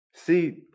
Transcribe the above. See